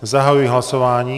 Zahajuji hlasování.